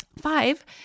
five